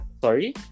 Sorry